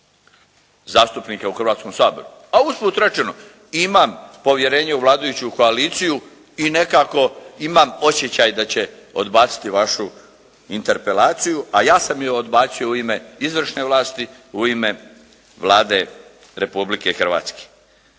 zastupnika u Hrvatskom saboru, a usput rečeno imam povjerenje u vladajuću koaliciju i nekako imam osjećaj da će odbaciti vašu interpelaciju, a ja sam je odbacio u ime izvršne vlasti, u ime Vlade Republike Hrvatske.